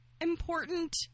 Important